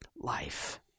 life